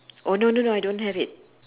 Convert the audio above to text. oh no no no I don't have it